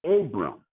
Abram